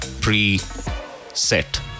pre-set